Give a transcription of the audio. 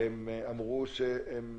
והם אמרו שהם